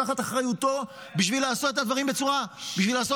אחריותו בשביל לעשות את הדברים בצורה מתוקנת.